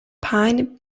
pine